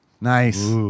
Nice